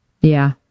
Yeah